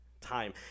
time